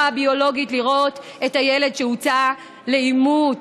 הביולוגית לראות את הילד שהוצא לאימוץ,